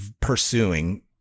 pursuing